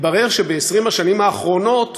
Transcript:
מתברר שב-20 השנים האחרונות